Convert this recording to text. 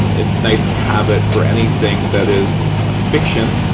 it's nice to have it for anything that is fiction.